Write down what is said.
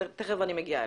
תיכף אני אגיע אליכם.